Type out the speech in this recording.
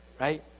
right